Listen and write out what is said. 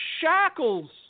shackles